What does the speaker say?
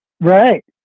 Right